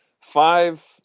five